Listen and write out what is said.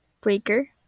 Breaker